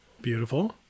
Beautiful